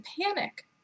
panic